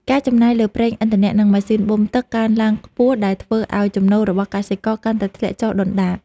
ការចំណាយលើប្រេងឥន្ធនៈ និងម៉ាស៊ីនបូមទឹកកើនឡើងខ្ពស់ដែលធ្វើឱ្យចំណូលរបស់កសិករកាន់តែធ្លាក់ចុះដុនដាប។